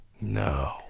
No